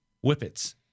whippets